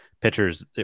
pitchers